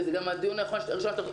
וזה גם הדיון האחרון שאנחנו עושים.